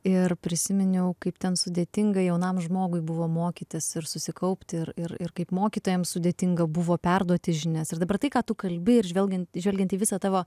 ir prisiminiau kaip ten sudėtinga jaunam žmogui buvo mokytis ir susikaupti ir ir ir kaip mokytojams sudėtinga buvo perduoti žinias ir dabar tai ką tu kalbi ir žvelgiant žvelgiant į visą tavo